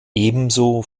ebenso